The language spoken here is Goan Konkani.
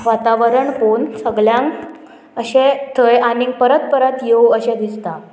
वातावरण पोवन सगल्यांक अशें थंय आनी परत परत येव अशें दिसता